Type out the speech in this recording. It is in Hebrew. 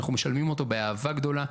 אנחנו משלמים אותו באהבה גדולה,